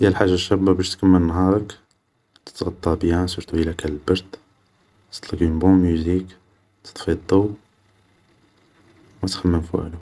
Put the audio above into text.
هيا الحاجة الشابة باش تكمل نهارك, تتغطا بيان سيرتو اذا كان البرد, تطلق اون بون موزيك, و تطفي الضو و ما تخمم في والو